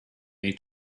they